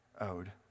owed